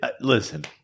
Listen